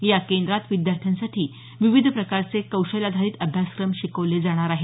या केंद्रात विद्यार्थ्यांसाठी विविध प्रकारचे कौशल्याधारित अभ्यासक्रम शिकवले जाणार आहेत